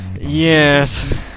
Yes